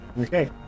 Okay